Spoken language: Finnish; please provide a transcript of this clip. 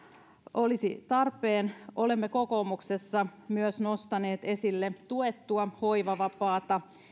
olisi tarpeen olemme kokoomuksessa myös nostaneet esille tuettua hoivavapaata